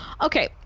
okay